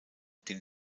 den